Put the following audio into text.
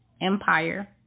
empire